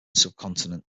subcontinent